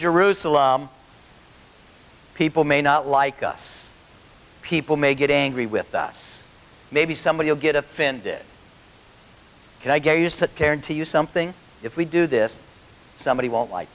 jerusalem people may not like us people may get angry with us maybe somebody will get offended and i gave you something if we do this somebody won't like